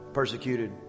persecuted